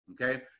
Okay